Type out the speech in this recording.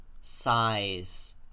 size